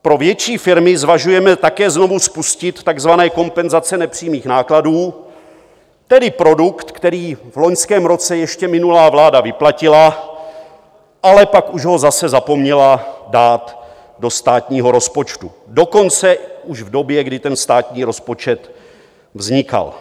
Pro větší firmy zvažujeme také znovu spustit takzvané kompenzace nepřímých nákladů, tedy produkt, který v loňském roce ještě minulá vláda vyplatila, ale pak už ho zase zapomněla dát do státního rozpočtu, dokonce už v době, kdy ten státní rozpočet vznikal.